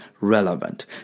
relevant